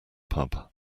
pub